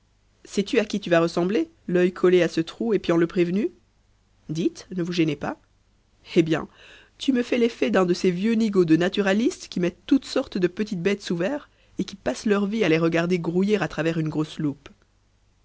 sais-tu à qui tu vas ressembler l'œil collé à ce trou épiant le prévenu dites ne vous gênez pas eh bien tu me fais l'effet d'un de ces vieux nigauds de naturalistes qui mettent toutes sortes de petites bêtes sous verre et qui passent leur vie à les regarder grouiller à travers une grosse loupe